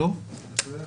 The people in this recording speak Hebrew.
הישיבה ננעלה בשעה 12:29.